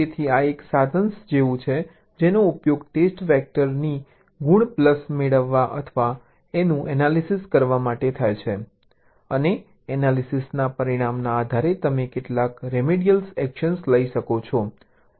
તેથી આ એક સાધન જેવું છે જેનો ઉપયોગ ટેસ્ટ વેક્ટર ની ગુણ પ્લસ મેળવવા અથવા તેનું એનાલિસીસ કરવા માટે થાય છે અને એનાલિસીસના પરિણામના આધારે તમે કેટલાક રેમેડિયલ એક્શન લઈ શકો છો